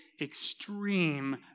extreme